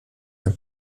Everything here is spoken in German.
ein